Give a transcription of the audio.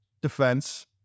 defense